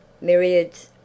Myriads